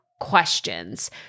questions